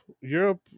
Europe